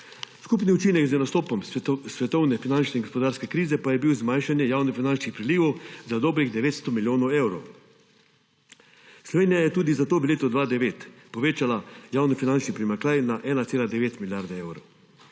skupni učinek z nastopom svetovne finančne in gospodarske krize pa je bil zmanjšanje javnofinančnih prilivov za dobrih 900 milijonov evrov. Slovenija je tudi zato v letu 2009 povečala javnofinančni primanjkljaj na 1,9 milijarde evrov.